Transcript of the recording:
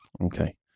Okay